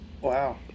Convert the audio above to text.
Wow